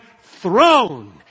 throne